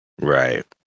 Right